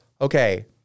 okay